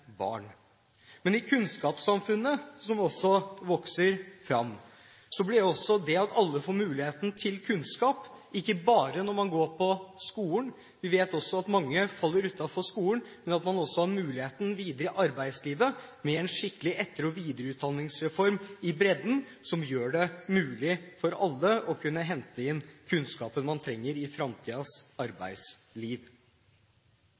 barn. Men i kunnskapssamfunnet, som vokser fram, må også alle få mulighet til kunnskap ikke bare når man går på skolen. Vi vet at mange faller utenfor skolen, men man må også ha muligheten videre i arbeidslivet – med en skikkelig etter- og videreutdanningsreform i bredden som gjør det mulig for alle å kunne hente inn kunnskaper man trenger i